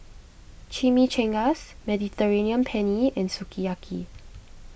Chimichangas Mediterranean Penne and Sukiyaki